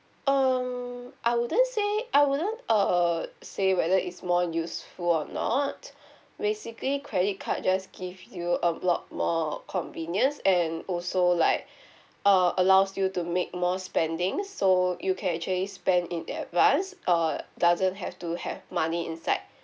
um I wouldn't say I wouldn't uh say whether it's more useful or not basically credit card just give you a lot more convenience and also like uh allows you to make more spendings so you can actually spend in advance err doesn't have to have money inside